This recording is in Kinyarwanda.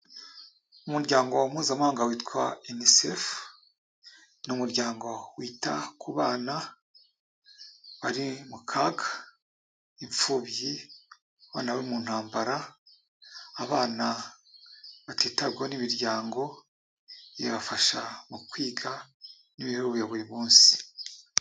Umuryango Mpuzamahanga witwa Unicef ni umuryango wita ku bana bari mu kaga, imfubyi, abana bo mu ntambara, abana batitabwaho n'imiryango, ibafasha mu kwiga n'imibereho ya buri munsi.